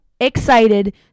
excited